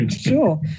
sure